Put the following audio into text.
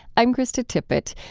i'm krista tippett,